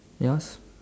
ya